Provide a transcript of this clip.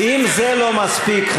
אם זה לא מספיק,